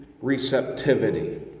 Receptivity